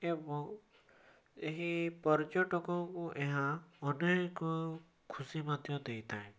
ଏବଂ ଏହି ପର୍ଯ୍ୟଟକ ଙ୍କୁ ଏହା ଅନେକ ଖୁସି ମଧ୍ୟ ଦେଇଥାଏ